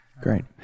Great